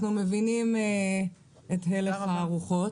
אנחנו מבינים את הלך הרוחות.